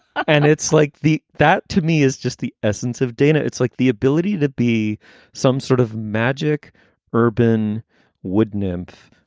and it's like the that to me is just the essence of dana. it's like the ability to be some sort of magic urban wood nymph